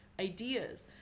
ideas